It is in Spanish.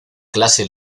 clase